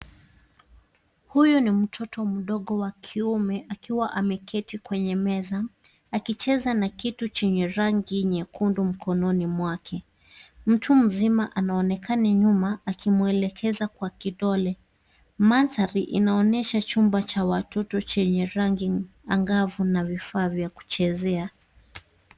Huyu ni mtoto mdogo wa kiume akiwa ameketi kwenye meza, akicheza na kitu chenye rangi nyekundu mkononi mwake. Mtu mzima anaonekana nyuma akimwelekeza kwa kidole. Mandhari inaonyesha chumba cha watoto chenye rangi angavu na vifaa vya kuchezea.